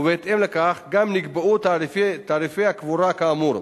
ובהתאם לכך גם נקבעו תעריפי הקבורה כאמור.